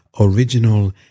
original